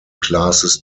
classes